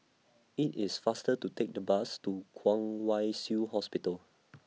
IT IS faster to Take The Bus to Kwong Wai Shiu Hospital